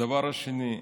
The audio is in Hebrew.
הדבר השני,